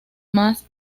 más